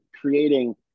creating